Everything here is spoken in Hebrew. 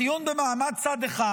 בדיון במעמד צד אחד,